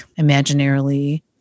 imaginarily